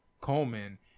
Coleman